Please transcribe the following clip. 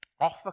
offer